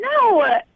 no